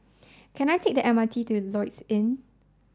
can I take the M R T to Lloyds Inn